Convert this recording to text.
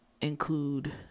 include